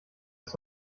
ist